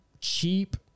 cheap